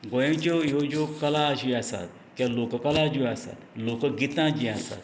गोंयच्यो ह्यो ज्यो कला जी आसात त्यो लोककला ज्यो आसा लोकगितां जीं आसा उदारणां